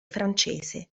francese